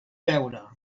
veure